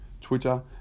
Twitter